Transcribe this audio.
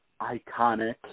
iconic